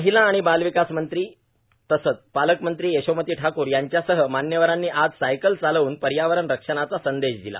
महिला व बालविकास मंत्री तथा पालकमंत्री यशोमती ठाकूर यांच्यासह मान्यवरांनी आज सायकल चालवून पर्यावरण रक्षणाचा संदेश दिला